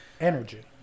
energy